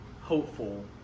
hopeful